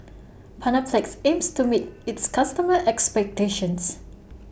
Panaflex aims to meet its customers' expectations